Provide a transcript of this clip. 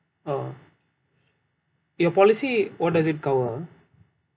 oh your policy what does it cover